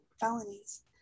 felonies